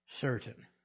certain